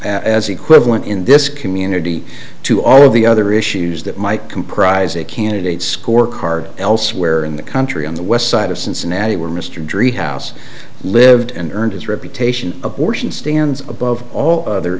as equivalent in this community to all of the other issues that might comprise a candidate scorecard elsewhere in the country on the west side of cincinnati where mr driehaus lived and earned his reputation abortion stands above all other